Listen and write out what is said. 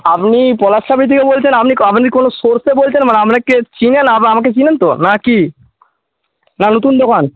আপনি পলাশ চাপড়ি থেকে বলছেন আপনি কোন সোর্সে বলছেন আমাকে চিনেন আমাকে চেনেন তো নাকি না নতুন দোকান